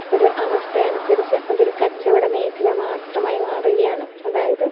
ഒരു അവസ്ഥ അനുസരിച്ച് അതൊരു കച്ചവട മേഖല മാത്രമായി മാറുകയാണ് അതായത്